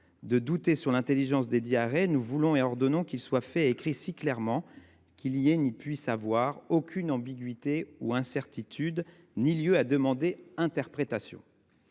de douter sur l’intelligence desdits arrêts, nous voulons et ordonnons qu’ils soient faits et écrits si clairement, qu’il n’y ait ni puisse avoir aucune ambiguïté ou incertitude ne lieu à demander interprétation.